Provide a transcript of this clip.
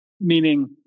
meaning